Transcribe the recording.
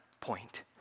point